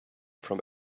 from